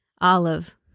Olive